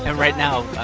and right now,